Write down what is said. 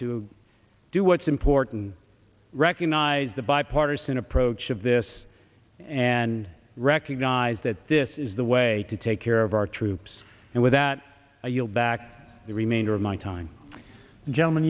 to do what's important recognize the bipartisan approach of this and recognize that this is the way to take care of our troops and with that i yield back the remainder of my time gentleman